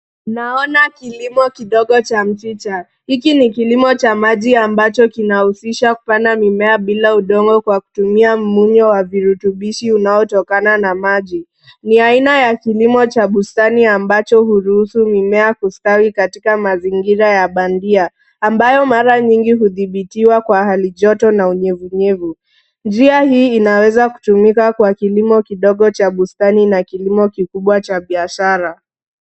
Naona kilimo kidogo ya mchicha, hiki ni kilimo cha maji ambacho kinahusisha kupanda mimea bila udongo kwa kutumia muundo wa virutibishi unaotokana na maji, ni aina ya kilimo cha bustani ambacho huruhusu mimea kustawi katika mazingira ya bandia, ambayo mara nyingi hudhibitiwa kwa hali joto na unyevunyevu, njia hii inaweza kutumika kwa kilimo kidogo cha bustani na kilimo kikubwa cha biashara.